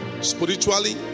Spiritually